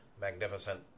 magnificent